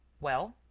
well?